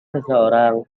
seseorang